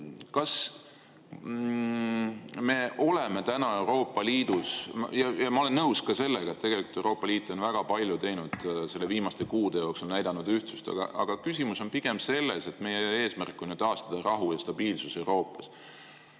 millest sa rääkisid. Ma olen nõus sellega, et Euroopa Liit on väga palju teinud nende viimaste kuude jooksul, näidanud ühtsust, aga küsimus on pigem selles, et meie eesmärk on ju taastada rahu ja stabiilsus Euroopas.